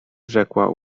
rzekła